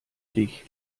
dich